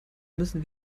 müssen